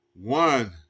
one